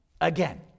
Again